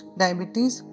diabetes